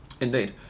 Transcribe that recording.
Indeed